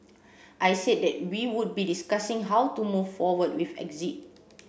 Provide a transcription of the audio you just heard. I said that we would be discussing how to move forward with exit